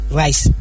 rice